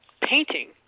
painting